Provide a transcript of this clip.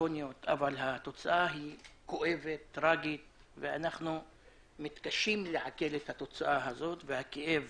התוצאה כואבת וטרגית ואנחנו מתקשים לעכל את התוצאה הזו והכאב